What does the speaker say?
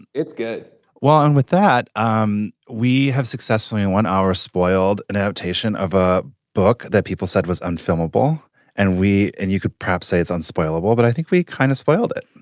it's good well and with that um we have successfully and won our spoiled and imitation of a book that people said was unfathomable and we and you could perhaps say it's unspoiled. but i think we kind of spoiled it.